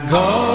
go